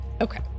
Okay